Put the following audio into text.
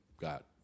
got